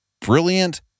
brilliant